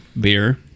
beer